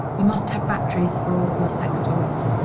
you must have batteries for all of your sex toys.